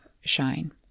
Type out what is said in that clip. shine